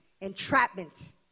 Entrapment